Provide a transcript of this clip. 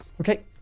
okay